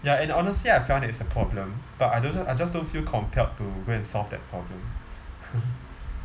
ya and honestly I found it as a problem but I don't I just don't feel compelled to go and solve that problem